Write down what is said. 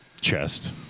chest